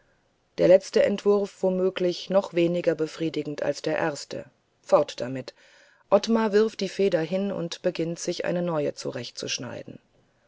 der letzte entwurf womöglich noch weniger befriedigend als der erste fort damit ottmar wirft die feder hin und beginnt sich eine neue